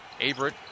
Averett